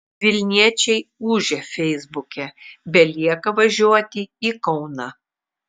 vilniečiai ūžia feisbuke belieka važiuoti į kauną